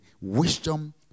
wisdom